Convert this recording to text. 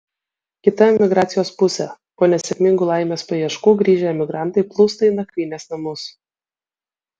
kita emigracijos pusė po nesėkmingų laimės paieškų grįžę emigrantai plūsta į nakvynės namus